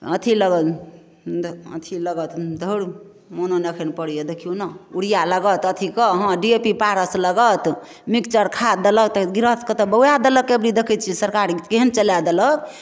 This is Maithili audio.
अथि लगल अथि लगत धौर मनो नहि एखन पड़ैया देखिऔ ने युरिआ लागत अथि कऽ हँ डी ए पी पारस लगत मिक्सचर खाद डालत गृहस्थके तऽ बौआ देलक एबरी देखैत छियै सरकार केहन चलाए देलक